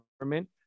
government